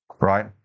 Right